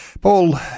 Paul